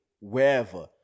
wherever